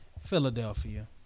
Philadelphia